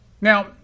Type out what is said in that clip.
Now